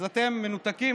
אז אתם מנותקים?